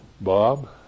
Bob